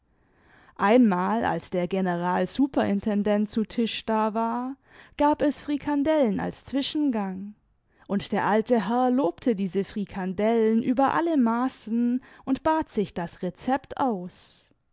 einmal als der generalsuperintendent zu tisch da war gab es frikandellen als zwischengang und der alte herr lobte diese frikandellen über alle maßen imd bat sich das rezept aus